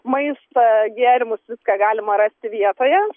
maistą gėrimus viską galima rasti vietoje